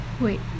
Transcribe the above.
Wait